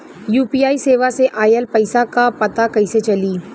UPI सेवा से ऑयल पैसा क पता कइसे चली?